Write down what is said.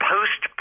Post